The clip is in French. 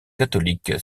catholique